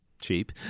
cheap